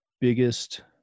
biggest